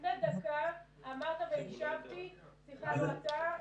לפני דקה אמרת, והקשבתי סליחה, לא אתה,